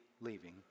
leaving